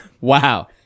Wow